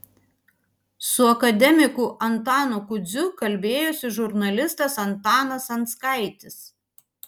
su akademiku antanu kudziu kalbėjosi žurnalistas antanas anskaitis